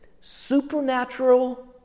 supernatural